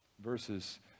Verses